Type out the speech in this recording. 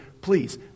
please